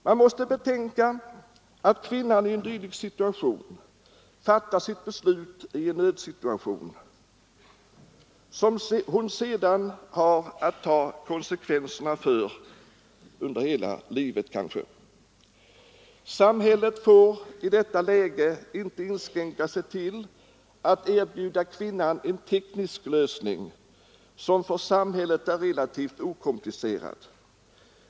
Man måste betänka att kvinnan då fattar sitt beslut i en nödsituation, som hon sedan har att ta konsekvenserna av under hela livet. Samhället får i detta läge inte inskränka sig till att erbjuda kvinnan en teknisk lösning, som för samhället är relativt okomplicerad.